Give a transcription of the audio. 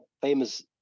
famous